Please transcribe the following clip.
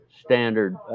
standard